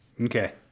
Okay